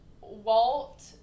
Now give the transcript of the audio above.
Walt